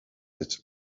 its